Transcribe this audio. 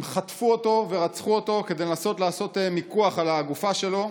הם חטפו אותו ורצחו אותו כדי לנסות לעשות מיקוח על הגופה שלו.